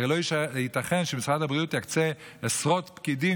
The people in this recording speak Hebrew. כי הרי לא ייתכן שמשרד הבריאות יקצה עשרות פקידים